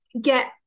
get